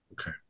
Okay